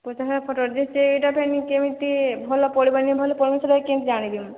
ଏପଟ ସେପଟ ଯେ ସେ ଏଇଟା ପାଇଁ ମୁଁ କେମିତି ଭଲ ପଡ଼ିବ କି ଭଲ ପଡ଼ିବନି ସେଇଟା କେମିତି ଜାଣିବି ମୁଁ